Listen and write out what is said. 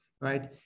right